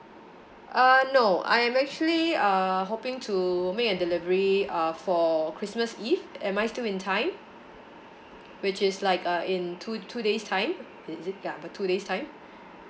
uh no I'm actually uh hoping to make a delivery uh for christmas eve am I still in time which is like uh in two two day's time is it ya about two day's time